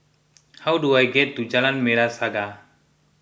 how do I get to Jalan Merah Saga